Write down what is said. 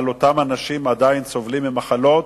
אבל אותם אנשים עדיין סובלים ממחלות,